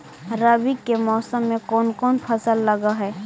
रवि के मौसम में कोन कोन फसल लग है?